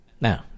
Now